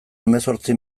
hemezortzi